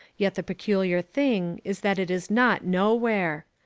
yet the peculiar thing is that it is not nowhere.